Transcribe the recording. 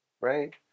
right